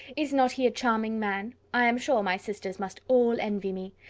is not he a charming man? i am sure my sisters must all envy me.